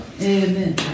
Amen